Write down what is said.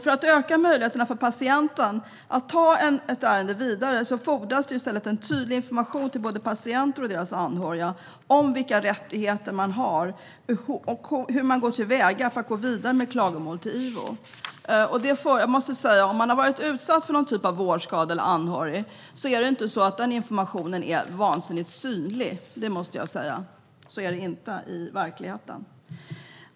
För att öka möjligheterna för patienten att ta ett ärende vidare fordras en tydlig information till både patienter och deras anhöriga om vilka rättigheter man har och hur man går till väga för att gå vidare med klagomål till IVO. Men så är det inte i verkligheten. För den som själv har varit utsatt eller har någon anhörig som har varit utsatt för någon typ av vårdskada har inte den informationen varit så vansinnigt synlig.